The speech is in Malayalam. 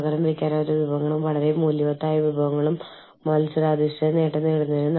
അതിനാൽ തൊഴിൽ കരാറുകളിൽ രാജ്യങ്ങളിൽ നിന്ന് രാജ്യത്തേക്കുള്ള അവയുടെ പ്രധാന വ്യതിയാനങ്ങൾ ഉണ്ടാകും